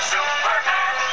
Superman